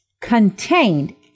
contained